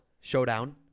Showdown